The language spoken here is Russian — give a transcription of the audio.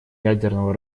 ядерного